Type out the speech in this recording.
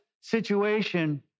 situation